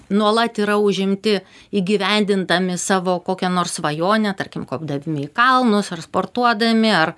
nuolat yra užimti įgyvendindami savo kokią nors svajonę tarkim kopdami į kalnus ar sportuodami ar